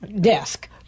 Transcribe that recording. desk